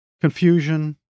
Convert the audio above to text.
confusion